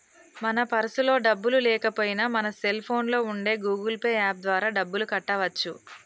మన పర్సులో డబ్బులు లేకపోయినా మన సెల్ ఫోన్లో ఉండే గూగుల్ పే యాప్ ద్వారా డబ్బులు కట్టవచ్చు